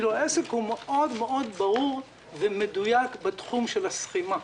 העסק מאוד מאוד ברור ומדויק בתחום של הסכימה.